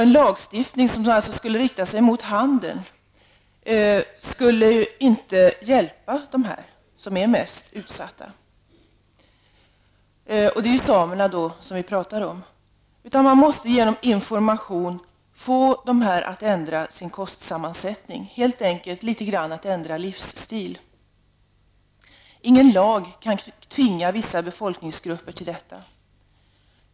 En lagstiftning riktad mot handeln hjälper alltså inte de mest utsatta -- och det är ju samerna vi talar om -- utan man måste genom information få dessa människor att ändra sin kostsammansättning, och helt enkelt ändra sin livsstil litet grand. Ingen lag kan tvinga vissa befolkningsgrupper till detta.